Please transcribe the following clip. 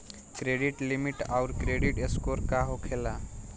Credit limit आउर credit score का होखेला?